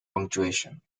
punctuation